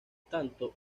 tanto